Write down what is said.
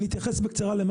אתייחס בקצרה.